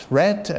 red